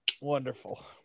wonderful